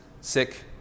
sick